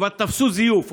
כבר תפסו זיוף,